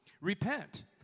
Repent